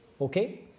Okay